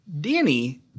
Danny